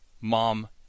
mom